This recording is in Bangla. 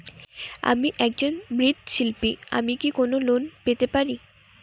আমি একজন মৃৎ শিল্পী আমি কি কোন লোন পেতে পারি?